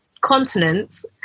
continents